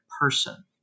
person